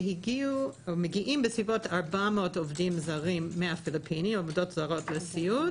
מגיעות בסביבות 400 עובדות זרות לסיעוד מהפיליפינים,